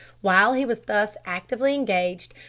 while he was thus actively engaged,